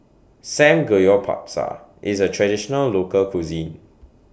Samgeyopsal IS A Traditional Local Cuisine